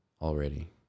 already